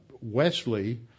Wesley